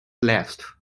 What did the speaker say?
left